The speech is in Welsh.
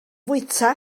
fwyta